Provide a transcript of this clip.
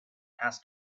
has